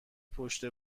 پشت